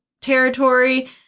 territory